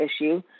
issue